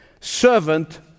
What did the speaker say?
Servant